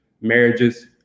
marriages